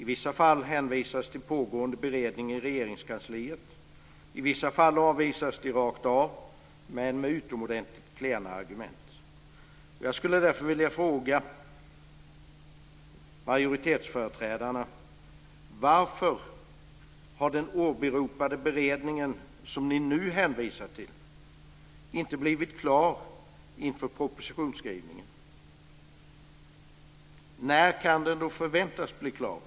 I vissa fall hänvisas till pågående beredning i Regeringskansliet, i vissa fall avvisas de rakt av men med utomordentligt klena argument. Jag skulle därför vilja fråga majoritetsföreträdarna: Varför har den åberopade beredningen, som ni nu hänvisar till, inte blivit klar inför propositionsskrivningen? När kan den förväntas bli klar?